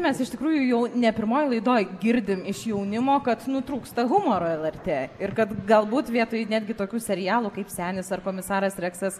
mes iš tikrųjų jau ne pirmoj laidoj girdim iš jaunimo kad nu trūksta humoro lrt ir kad galbūt vietoj netgi tokių serialų kaip senis ar komisaras reksas